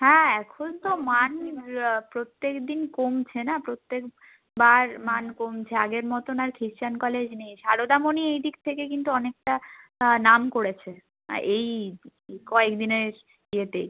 হ্যাঁ এখন তো মানর প্রত্যেক দিন কমছে না প্রত্যেক বার মান কমছে আগের মতো আর খ্রিস্টান কলেজ নেই সারদামণি এই দিক থেকে কিন্তু অনেকটা নাম করেছে এই কয়েক দিনের ইয়েতেই